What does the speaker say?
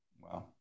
Wow